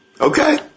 Okay